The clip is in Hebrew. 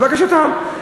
לבקשתם.